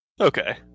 okay